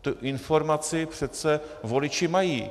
Tu informaci přece voliči mají.